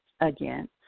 Again